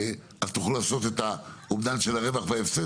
תוכלו לעשות את האומדן של הרווח וההפסד